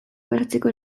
pasatzeko